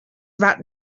about